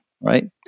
right